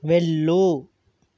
వెళ్ళు